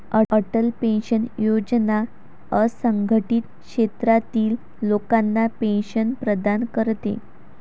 Atal pension Yojana असंघटित क्षेत्रातील लोकांना पेन्शन प्रदान करते